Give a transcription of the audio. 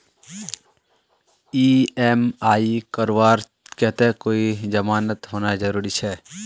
EMI करवार केते कोई जमानत होना जरूरी छे?